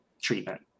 treatment